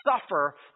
suffer